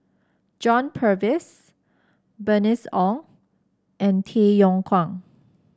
John Purvis Bernice Ong and Tay Yong Kwang